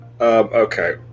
Okay